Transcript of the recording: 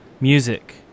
music